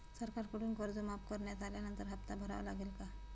सरकारकडून कर्ज माफ करण्यात आल्यानंतर हप्ता भरावा लागेल का?